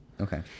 Okay